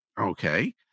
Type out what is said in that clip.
okay